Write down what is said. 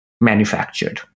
manufactured